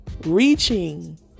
reaching